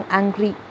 angry